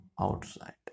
outside